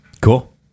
Cool